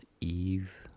Eve